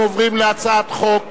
אנחנו עוברים להצעת חוק